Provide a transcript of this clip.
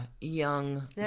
young